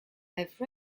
have